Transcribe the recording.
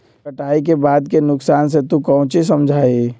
कटाई के बाद के नुकसान से तू काउची समझा ही?